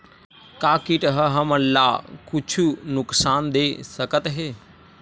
का कीट ह हमन ला कुछु नुकसान दे सकत हे?